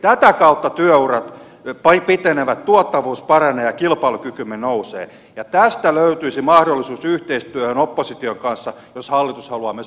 tätä kautta työurat pitenevät tuottavuus paranee ja kilpailukykymme nousee ja tästä löytyisi mahdollisuus yhteistyöhön opposition kanssa jos hallitus haluaa myös perussuomalaisia kuunnella